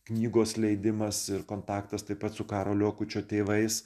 knygos leidimas ir kontaktas taip pat su karolio akučio tėvais